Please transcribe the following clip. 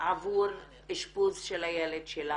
עבור אשפוז של הילד שלה,